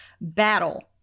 battle